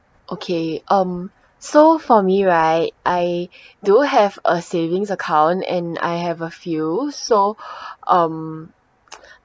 okay um so for me right I do have a savings account and I have a few so um